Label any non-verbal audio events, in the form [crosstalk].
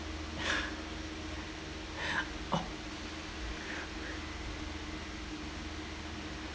[breath] oh